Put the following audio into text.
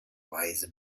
weise